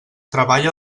treballa